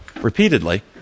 repeatedly